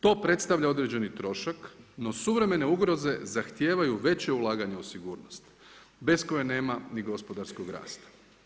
To predstavlja određeni trošak no suvremene ugroze zahtijevaju veće ulaganje u sigurnost bez koje nam ni gospodarskog rasta.